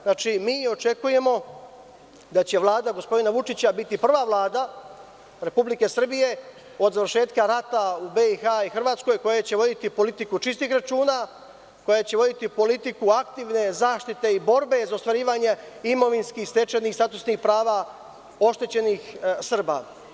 Znači, mi očekujemo da će Vlada gospodina Vučića biti prva Vlada Republike Srbije od završetka rata u BiH i Hrvatskoj koja će voditi politiku čistih računa, koja će voditi politiku aktivne zaštite i borbe za ostvarivanje imovinski stečenih i statusnih prava oštećenih Srba.